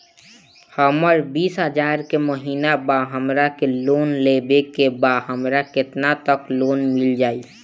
हमर बिस हजार के महिना बा हमरा के लोन लेबे के बा हमरा केतना तक लोन मिल जाई?